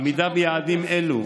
עמידה ביעדים אלו